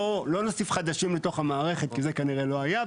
ולא נוסיף חדשים לתוך המערכת, כי זה כנראה לא היה.